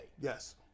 Yes